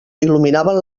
il·luminaven